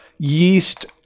yeast